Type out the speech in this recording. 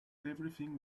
everything